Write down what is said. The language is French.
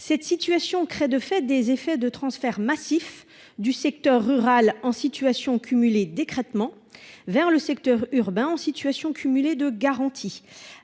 cette situation crée de fait des effets de transfert massif du secteur rural en situation cumulé d'écrêtement vers le secteur urbain en situation cumulé de garantie